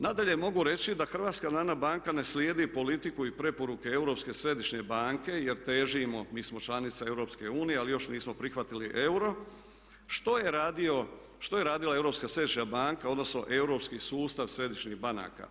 Nadalje, mogu reći da HNB ne slijedi politiku i preporuke Europske središnje banke, jer težimo, mi smo članica EU ali još nismo prihvatili euro, što je radila Europska središnja banka odnosno europski sustav središnjih banaka?